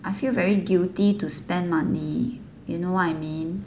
I feel very guilty to spend money you know what I mean